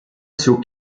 zog